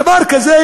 דבר כזה,